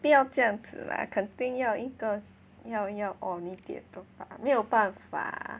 不要这样子 lah 肯定要一个要要没有办法